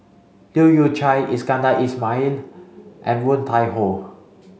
Leu Yew Chye Iskandar Ismail and Woon Tai Ho